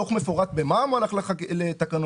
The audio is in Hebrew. דוח מפורט במע"מ הולך לתקנות.